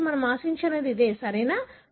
కాబట్టి మనం ఆశించేది ఇదే సరియైనదా